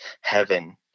heaven